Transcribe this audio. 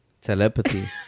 Telepathy